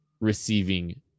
receiving